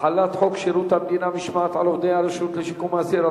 (החלת חוק שירות המדינה (משמעת) על עובדי הרשות לשיקום האסיר),